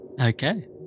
Okay